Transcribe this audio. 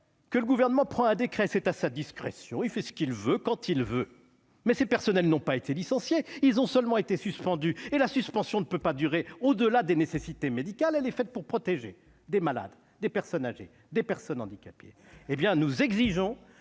que le Gouvernement peut prendre un décret à sa discrétion : il fait ce qu'il veut, quand il veut. Mais ces personnels n'ont pas été licenciés ; ils ont seulement été suspendus. La suspension ne peut pas durer au-delà des nécessités médicales ; elle est faite pour protéger les malades, les personnes âgées et les personnes handicapées. Nous exigeons